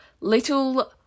little